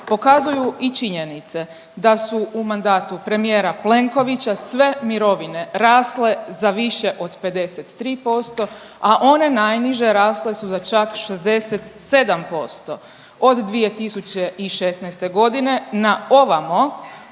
pokazuju i činjenice da su u mandatu premijera Plenkovića sve mirovine rasle za više od 53%, a one najniže rasle su za čak 67%. Od 2016. godine na ovamo